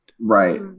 Right